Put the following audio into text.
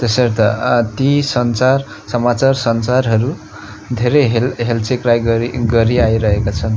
त्यसर्थ ती सञ्चार समाचार सञ्चारहरू धेरै हेल हेल्चेक्र्याइँ गरी गरी आइरहेको छन्